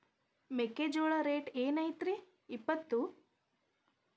ಮೆಕ್ಕಿಜೋಳ ರೇಟ್ ಏನ್ ಐತ್ರೇ ಇಪ್ಪತ್ತು?